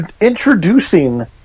Introducing